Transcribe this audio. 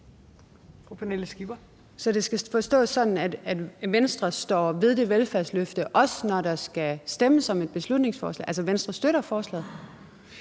Så det skal forstås sådan, at Venstre står ved det velfærdsløfte, også når der skal stemmes om et beslutningsforslag – altså Venstre støtter forslaget?